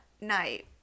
night